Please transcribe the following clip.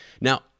now